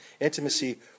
intimacy